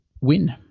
win